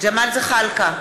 ג'מאל זחאלקה,